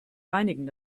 reinigen